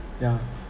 yeah